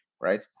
right